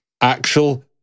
actual